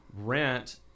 rent